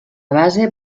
base